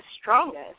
strongest